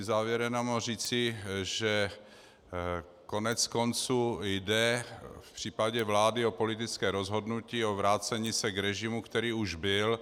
Závěrem chci jenom říci, že koneckonců jde v případě vlády o politické rozhodnutí, o vrácení se k režimu, který už byl.